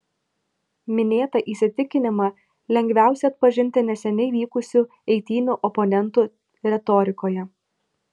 minėtą įsitikinimą lengviausia atpažinti neseniai vykusių eitynių oponentų retorikoje